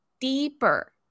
deeper